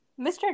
Mr